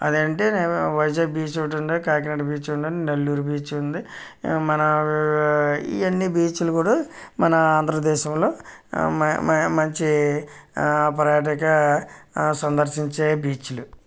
అదంటే వైజాగ్ బీచ్ ఒకటుంది కాకినాడ బీచ్ ఉంది నెల్లూరు బీచ్ ఉంది మన ఈ అన్నీ బీచ్లు కూడా మన ఆంధ్రదేశంలో మ మ మంచి పర్యాటక సందర్శించే బీచ్లు